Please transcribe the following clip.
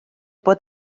bod